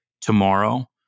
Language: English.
tomorrow